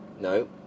No